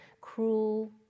cruel